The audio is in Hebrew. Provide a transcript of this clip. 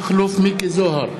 נגד מכלוף מיקי זוהר,